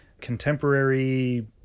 contemporary